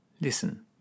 listen